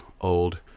old